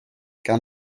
gan